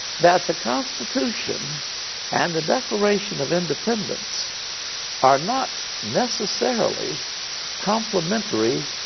that the constitution and the declaration of independence are not necessarily complementary